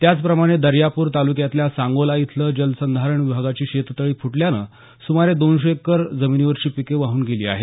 त्याचप्रमाणे दर्यापूर तालुक्यातल्या सांगोला इथले जलसंधारण विभागाची शेततळी फुटल्यानं सुमारे दोनशे एक्कर जमिनीवरची पिके वाहून गेली आहेत